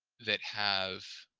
that have